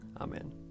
Amen